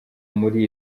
muri